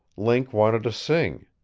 link wanted to sing.